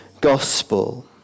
gospel